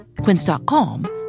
Quince.com